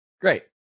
Great